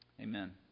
Amen